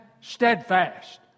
steadfast